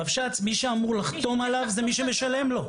רבש"ץ, מי שאמור לחתום עליו זה מי שמשלם לו.